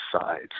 sides